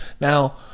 Now